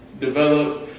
develop